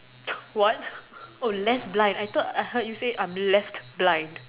what oh less blind I thought I heard you say I'm left blind